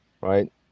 right